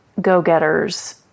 go-getters